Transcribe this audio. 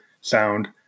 sound